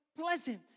pleasant